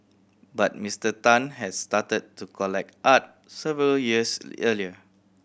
but Mister Tan has started to collect art several years earlier